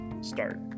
start